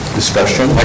discussion